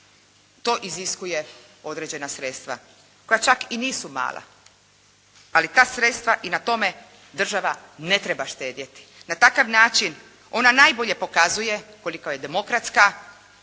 to iziskuje određena sredstva koja čak i nisu mala, ali ta sredstva i na tome država ne treba štedjeti. Na takav način ona najbolje pokazuje koliko je demokratska,